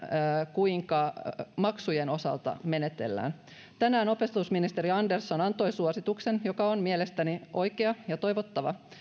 kuinka maksujen osalta menetellään tänään opetusministeri andersson antoi suosituksen joka on mielestäni oikea ja toivottava